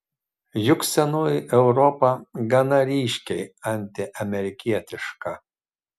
juk senoji europa gana ryškiai antiamerikietiška